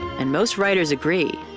and most writers agree,